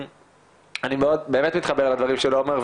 אני באמת מתחבר לדברים של עומר,